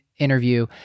interview